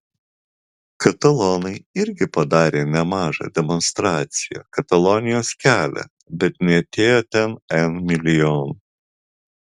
katalonai irgi padarė nemažą demonstraciją katalonijos kelią bet neatėjo ten n milijonų